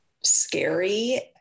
scary